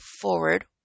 forward